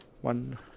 one